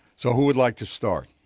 so who would like to start?